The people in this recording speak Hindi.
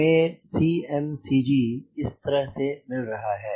हमें CmCG इस तरह से मिल रहा है